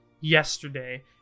yesterday